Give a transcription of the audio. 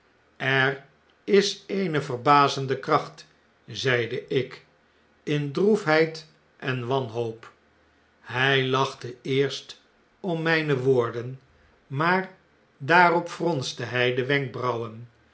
er is eene verbazende kracht zeide ik in droefheid en wanhoop hij lachte eerst om mpe woorden maar daarop fronste hij de wenkbrauwen